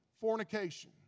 fornication